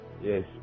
Yes